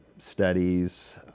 studies